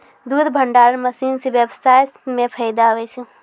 दुध भंडारण मशीन से व्यबसाय मे फैदा हुवै छै